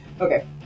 Okay